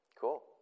Cool